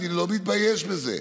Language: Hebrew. ואני לא מתבייש בזה,